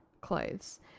clothes